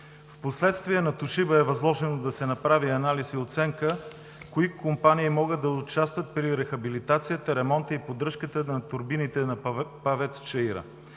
Впоследствие на „Тошиба“ е възложено да се направи анализ и оценка кои компании могат да участват при рехабилитацията, ремонта и поддръжката на турбините на ПАВЕЦ „Чаира“.